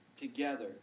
together